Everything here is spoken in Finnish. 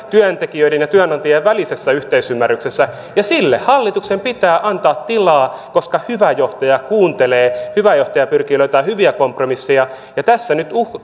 työntekijöiden ja työnantajien välisessä yhteisymmärryksessä sille hallituksen pitää antaa tilaa koska hyvä johtaja kuuntelee hyvä johtaja pyrkii löytämään hyviä kompromisseja tässä nyt